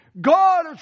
God